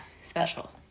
special